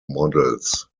models